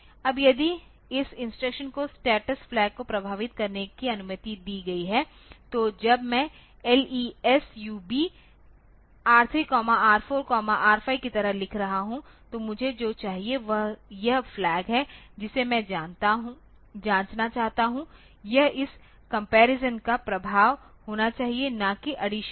अब यदि इस इंस्ट्रक्शन को स्टेटस फ्लैग को प्रभावित करने की अनुमति दी गई है तो जब मैं LESUB R3 R4 R5 की तरह लिख रहा हूं तो मुझे जो चाहिए वह यह फ्लैग है जिसे मैं जांचना चाहता हूं यह इस कम्पैरिसन का प्रभाव होना चाहिए न की अडीसन का